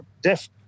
death